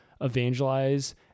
evangelize